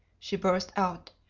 she burst out.